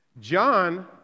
John